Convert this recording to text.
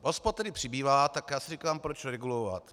Hospod tedy přibývá, tak si říkám, proč regulovat.